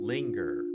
Linger